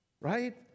Right